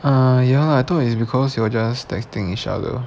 uh ya lah I thought is because you all just texting each other